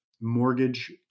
mortgage